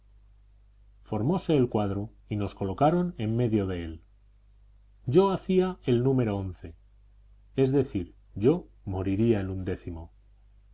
formóse el cuadro y nos colocaron en medio de él yo hacía el número once es decir yo moriría el undécimo